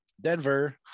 Denver